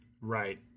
Right